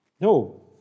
No